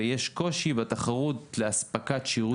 ויש קושי בתחרות לאספקת שירות ציבורי.